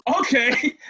okay